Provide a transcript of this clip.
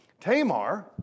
Tamar